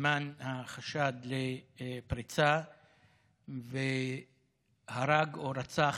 בזמן החשד לפריצה והרג, או רצח,